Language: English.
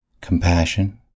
compassion